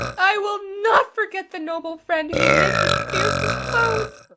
i will not forget the noble friend who, mid his fiercest foes,